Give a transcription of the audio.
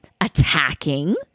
attacking